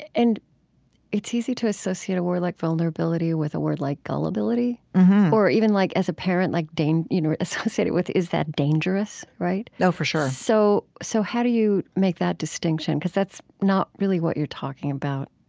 and it's easy to associate a word like vulnerability with a word like gullibility or even, like as a parent like would you know associate it with, is that dangerous, right? oh, for sure so so how do you make that distinction because that's not really what you're talking about?